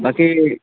ବାକି